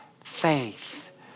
faith